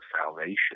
salvation